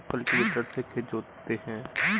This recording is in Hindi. कल्टीवेटर से खेत जोतते हैं